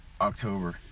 october